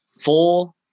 four